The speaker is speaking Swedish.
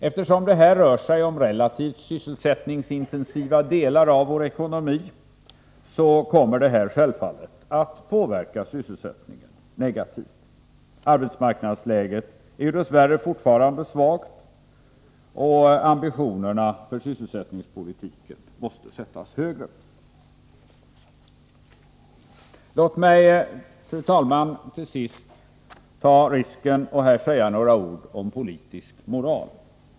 Eftersom det här rör sig om relativt sysselsättningsintensiva delar av vår ekonomi, kommer detta självfallet att påverka sysselsättningen negativt. Arbetsmarknadsläget är ju dess värre fortfarande svagt. Ambitionerna för sysselsättningspolitiken måste sättas högre. Låt mig, fru talman, till sist ta risken och här säga några ord om politisk moral.